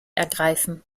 ergreifen